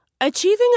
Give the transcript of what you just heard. Achieving